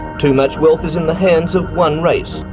too much wealth is in the hands of one race,